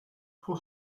for